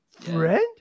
Friend